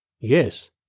Yes